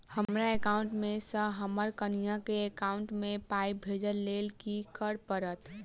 हमरा एकाउंट मे सऽ हम्मर कनिया केँ एकाउंट मै पाई भेजइ लेल की करऽ पड़त?